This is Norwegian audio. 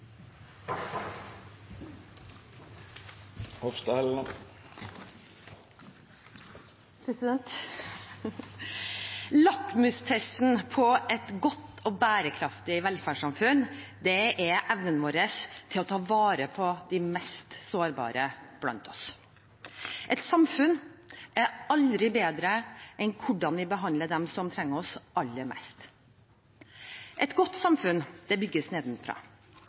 for dei. Lakmustesten på et godt og bærekraftig velferdssamfunn er evnen vår til å ta vare på de mest sårbare blant oss. Et samfunn er aldri bedre enn hvordan vi behandler dem som trenger oss aller mest. Et godt samfunn